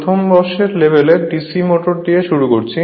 প্রথম বর্ষের লেভেলে DC মোটর দিয়ে শুরু করছি